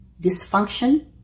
dysfunction